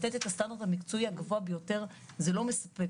לתת את הסטנדרט המקצועי הגבוה ביותר, זה לא מספק.